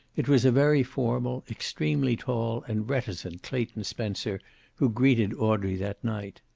it was a very formal, extremely tall and reticent clayton spencer who greeted audrey that night.